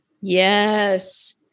Yes